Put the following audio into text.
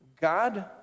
God